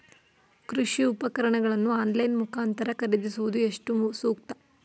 ಕೃಷಿ ಉಪಕರಣಗಳನ್ನು ಆನ್ಲೈನ್ ಮುಖಾಂತರ ಖರೀದಿಸುವುದು ಎಷ್ಟು ಸೂಕ್ತ?